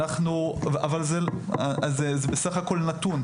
אבל זה בסך הכל נתון.